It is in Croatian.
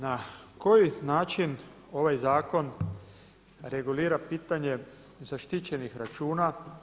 Na koji način ovaj zakon regulira pitanje zaštićenih računa.